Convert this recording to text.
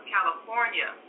California